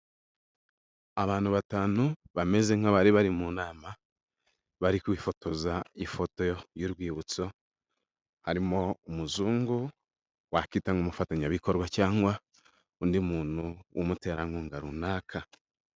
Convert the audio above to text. Abantu batanu bameze nk'abari bari mu nama ,bari kwifotoza ifoto y'urwibutso, harimo umuzungu wakwitanga umufatanya bikorwa, cyangwa undi muntu w'umutera nkunga runaka.